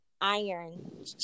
iron